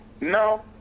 No